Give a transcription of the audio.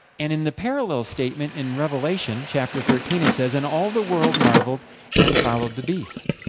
and in the parallel statement, in revelation, chapter thirteen, it says, and all the world marveled and followed the beast.